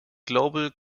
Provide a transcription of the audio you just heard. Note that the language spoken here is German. global